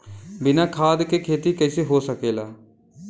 बिना खाद के खेती कइसे हो सकेला?